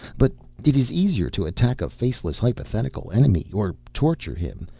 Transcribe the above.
but it is easier to attack a faceless, hypothetical enemy, or torture him,